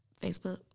Facebook